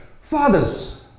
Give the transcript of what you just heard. fathers